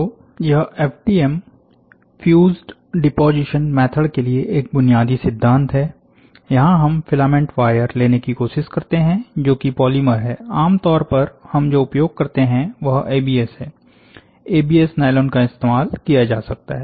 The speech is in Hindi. तो यह एफडीएम फ्यूज़्ड डिपोजिशन मेथड के लिए एक बुनियादी सिद्धांत है यहां हम फिलामेंट वायर लेने की कोशिश करते हैं जो कि पॉलीमर है आम तौर पर हम जो उपयोग करते हैं वह एबीएस है एबीएस नायलॉन का इस्तेमाल किया जा सकता है